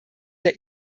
der